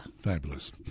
Fabulous